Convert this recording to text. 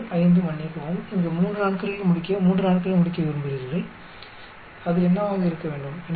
2 5 மன்னிக்கவும் இங்கு 3 நாட்களில் முடிக்க 3 நாட்களில் முடிக்க விரும்புகிறீர்கள் அது என்னவாக இருக்க வேண்டும்